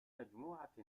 مجموعة